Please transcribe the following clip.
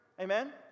Amen